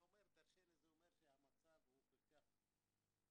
אני יודע שהיום הזה הוא כאוב מאוד.